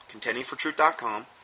contendingfortruth.com